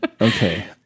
okay